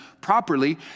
properly